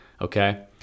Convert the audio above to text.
Okay